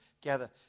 gather